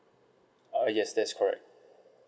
ah yes that's correct